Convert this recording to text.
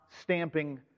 stamping